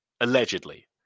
allegedly